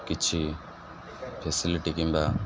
କିଛି ଫେସିଲିଟି କିମ୍ବା